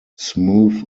smooth